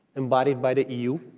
embodied by the eu,